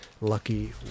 lucky